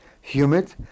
humid